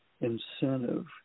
incentive